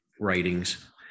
writings